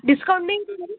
discount नाही का काही